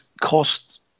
cost